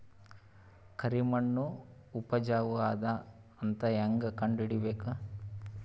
ಕರಿಮಣ್ಣು ಉಪಜಾವು ಅದ ಅಂತ ಹೇಂಗ ಕಂಡುಹಿಡಿಬೇಕು?